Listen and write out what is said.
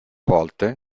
volte